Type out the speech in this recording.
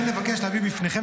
ודאי.